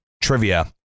trivia